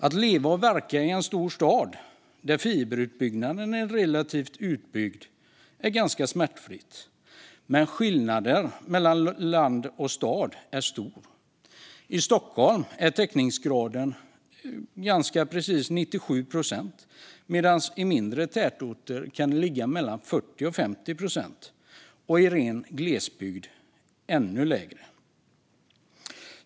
Att leva och verka i en stor stad där fibernätet är relativt utbyggt är ganska smärtfritt, men skillnaden mellan stad och land är stor. I Stockholm är täckningsgraden 97 procent, medan den i mindre tätorter kan ligga på 40-50 procent och i ren glesbygd ännu lägre.